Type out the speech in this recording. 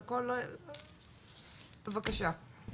בבקשה.